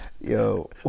Yo